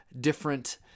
different